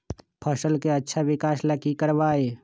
फसल के अच्छा विकास ला की करवाई?